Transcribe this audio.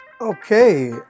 Okay